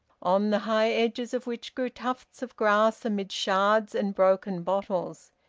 on the high edges of which grew tufts of grass amid shards and broken bottles.